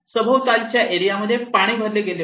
सभोवतालच्या एरियामध्ये पाणी भरले गेले होते